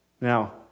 Now